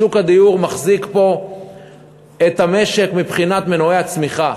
שוק הדיור מחזיק פה את המשק מבחינת מנועי הצמיחה.